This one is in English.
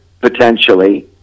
potentially